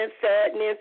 sadness